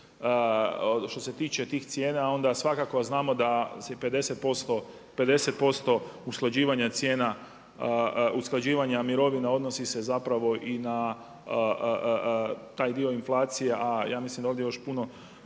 što se tiče tih cijena onda svakako znamo da 50% usklađivanja cijena, usklađivanja mirovina odnosi se zapravo i na taj dio inflacije, a ja mislim da ovdje još puno